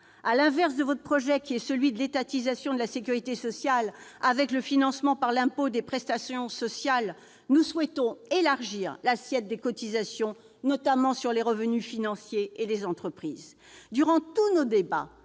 À l'inverse de votre projet, qui est celui de l'étatisation de la sécurité sociale, avec le financement par l'impôt des prestations sociales, nous souhaitons élargir l'assiette des cotisations, notamment sur les revenus financiers et les entreprises. Durant tous nos débats,